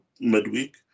midweek